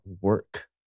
work